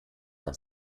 nach